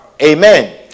Amen